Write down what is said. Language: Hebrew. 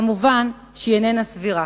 כמובן, איננה סבירה.